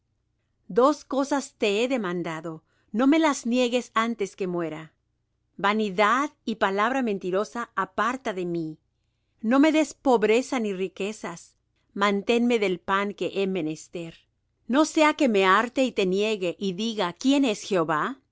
dos cosas te he demandado no me las niegues antes que muera vanidad y palabra mentirosa aparta de mí no me des pobreza ni riquezas manténme del pan que he menester no sea que me harte y te niegue y diga quién es jehová